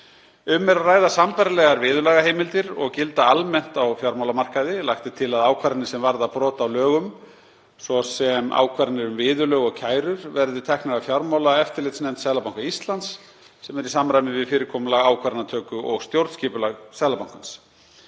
Um er að ræða sambærilegar viðurlagaheimildir og gilda almennt á fjármálamarkaði. Lagt er til að ákvarðanir sem varða brot á lögunum, svo sem ákvarðanir um viðurlög og kærur, verði teknar af fjármálaeftirlitsnefnd Seðlabanka Íslands, sem er í samræmi við fyrirkomulag ákvörðunartöku og stjórnskipulag Seðlabankans.